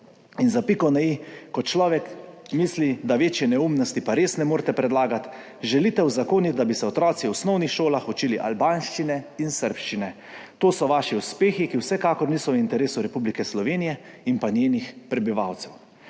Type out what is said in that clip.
in za piko na i, ko človek misli, da večje neumnosti pa res ne morete predlagati, želite uzakoniti, da bi se otroci v osnovnih šolah učili albanščino in srbščino. To so vaši uspehi, ki vsekakor niso v interesu Republike Slovenije in njenih prebivalcev.